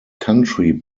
country